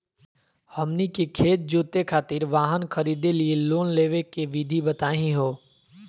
हमनी के खेत जोते खातीर वाहन खरीदे लिये लोन लेवे के विधि बताही हो?